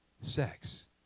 sex